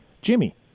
jimmy